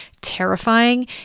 terrifying